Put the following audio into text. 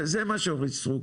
זה מה שאורית סטרוק